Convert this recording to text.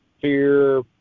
fear